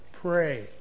Pray